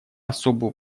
особый